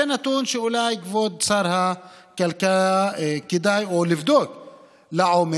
זה נתון שאולי, כבוד שר הכלכלה, כדאי לבדוק לעומק.